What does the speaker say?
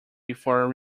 before